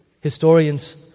historians